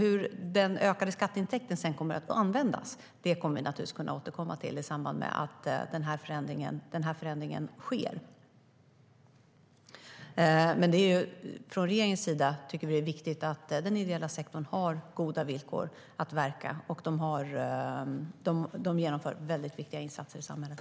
Hur den ökade skatteintäkten sedan kommer att användas kommer vi att återkomma till i samband med att förändringen sker. Från regeringens sida tycker vi att det är viktigt att den ideella sektorn har goda villkor för att verka. Den genomför väldigt viktiga insatser i samhället.